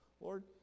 Lord